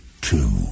two